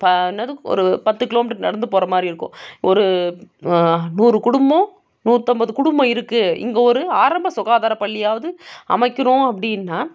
இப்போ என்னாது ஒரு பத்து கிலோ மீட்டரு நடந்து போகிற மாதிரி இருக்கும் ஒரு நூறு குடும்பம் நூற்றம்பது குடும்பம் இருக்கும் இங்கே ஒரு ஆரம்ப சுகாதார பள்ளியாவது அமைக்கணும் அப்படின்னா